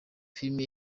filime